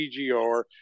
pgr